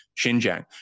Xinjiang